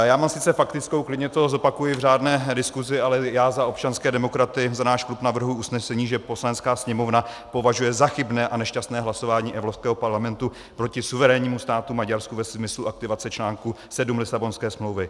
Já mám sice faktickou, klidně to zopakuji v řádné diskusi, ale já za občanské demokraty, za náš klub navrhuji usnesení, že Poslanecká sněmovna považuje za chybné a nešťastné hlasování Evropského parlamentu proti suverénnímu státu Maďarsko ve smyslu aktivace čl. 7 Lisabonské smlouvy.